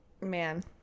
Man